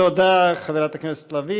תודה, חברת הכנסת לביא.